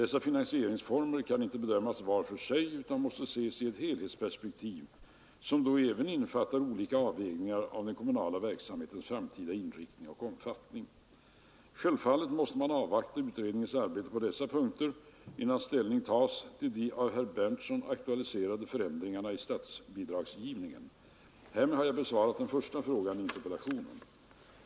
Dessa finansieringsformer kan inte bedömas var för sig utan måste ses i ett helhetsperspektiv som då även innefattar olika avvägningar av den kommunala verksamhetens framtida inriktning och omfattning. Självfallet måste man avvakta utredningens arbete på dessa punkter innan ställning tas till de av herr Berndtson aktualiserade förändringarna i statsbidragsgivningen. Härmed har jag besvarat den första frågan i interpellationen.